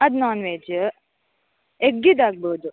ಅದು non veg ಎಗ್ಗಿದು ಆಗ್ಬೋದು